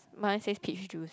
mine says peach juice